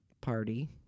party